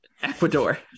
Ecuador